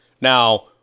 Now